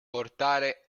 portare